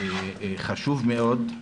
חשוב מאוד.